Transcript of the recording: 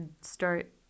start